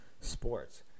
sports